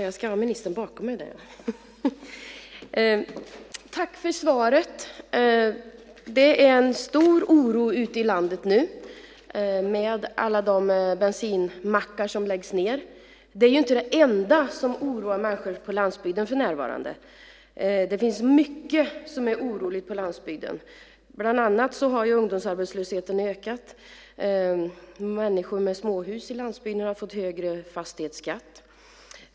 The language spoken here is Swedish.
Fru talman! Tack för svaret! Det är en stor oro ute i landet nu, med alla de bensinmackar som läggs ned. Det är inte det enda som oroar människor på landsbygden för närvarande - det finns mycket som är oroligt på landsbygden. Bland annat har ungdomsarbetslösheten ökat. Människor med småhus på landsbygden har fått högre fastighetsskatt.